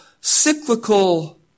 cyclical